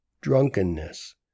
drunkenness